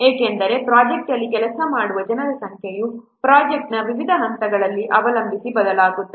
ಏಕೆಂದರೆ ಪ್ರೊಜೆಕ್ಟ್ ಅಲ್ಲಿ ಕೆಲಸ ಮಾಡುವ ಜನರ ಸಂಖ್ಯೆಯು ಪ್ರೊಜೆಕ್ಟ್ನ ವಿವಿಧ ಹಂತಗಳನ್ನು ಅವಲಂಬಿಸಿ ಬದಲಾಗುತ್ತದೆ